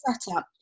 setup